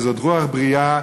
כי זאת רוח בריאה,